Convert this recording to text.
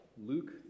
Luke